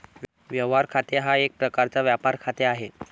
व्यवहार खाते हा एक प्रकारचा व्यापार खाते आहे